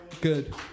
Good